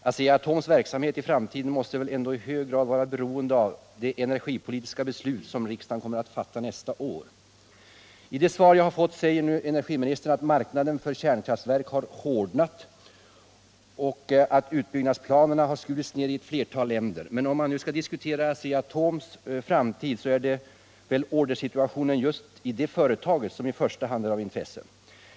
Asea-Atoms verksamhet i framtiden måste väl ändå i hög grad vara beroende av det energipolitiska beslut som riksdagen kommer att fatta nästa år. I det svar jag fått säger energiministern att marknaden för kärnkraftverk har hårdnat och att utbyggnadsplanerna har skurits ner i flera länder. Men om man nu skall diskutera Asea-Atoms framtid, är det väl ordersituationen i just det företaget som i första hand är av intresse.